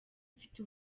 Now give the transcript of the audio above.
mfite